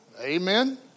Amen